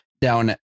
down